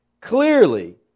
clearly